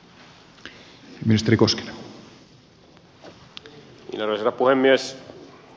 arvoisa herra puhemies